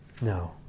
No